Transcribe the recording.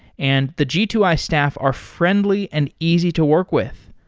and the g two i staff are friendly and easy to work with.